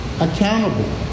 accountable